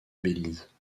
belize